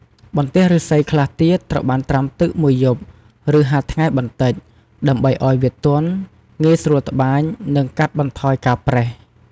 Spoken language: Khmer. បន្ទះឫស្សីខ្លះទៀតត្រូវបានត្រាំទឹកមួយយប់ ឬហាលថ្ងៃបន្តិច ដើម្បីឱ្យវាទន់ ងាយស្រួលត្បាញ និងកាត់បន្ថយការប្រេះ។